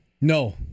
No